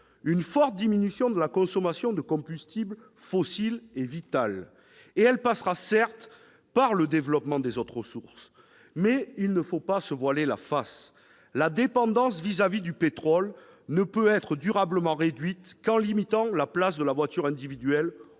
Une forte diminution de la consommation de combustibles fossiles est vitale, et elle passera, certes, par le développement des autres ressources. Il ne faut cependant pas se voiler la face, la dépendance à l'égard du pétrole ne peut être durablement réduite qu'en limitant la place de la voiture individuelle